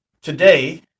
Today